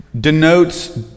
denotes